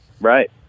Right